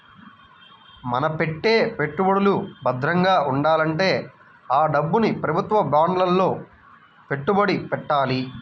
మన పెట్టే పెట్టుబడులు భద్రంగా ఉండాలంటే ఆ డబ్బుని ప్రభుత్వ బాండ్లలో పెట్టుబడి పెట్టాలి